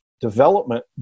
development